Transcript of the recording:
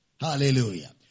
Hallelujah